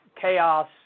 chaos